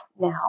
now